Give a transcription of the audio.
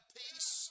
peace